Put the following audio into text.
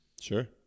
sure